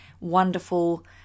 wonderful